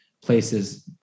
places